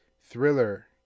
thriller